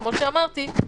כפי שאמרתי,